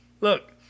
look